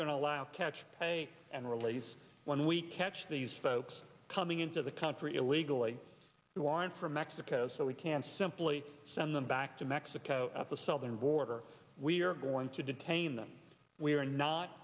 to allow catch and release when we catch these folks coming into the country illegally we want from mexico so we can simply send them back to mexico the southern border we're going to detain them we're not